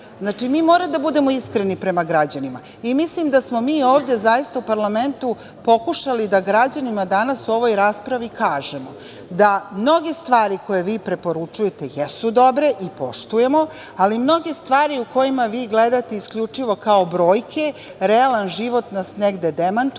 navrata. Mi moramo da budemo iskreni prema građanima. Mislim da smo mi ovde zaista u parlamentu pokušali da građanima danas u ovoj raspravi kažemo da mnoge stvari koje vi preporučujete jesu dobre i poštujemo, ali mnoge stvari u kojima vi gledate isključivo kao brojke, realan život nas negde demantuje